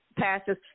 passes